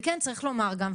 וכן צריך לומר גם,